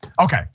Okay